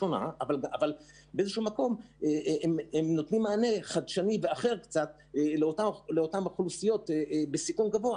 נותנים מענה חדשני ואחר קצת לאותן אוכלוסיות בסיכון גבוה